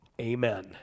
Amen